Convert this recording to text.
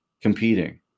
competing